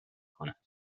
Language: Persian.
کند